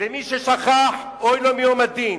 ומי ששכח, אוי לו מיום הדין,